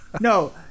No